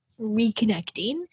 reconnecting